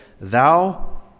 Thou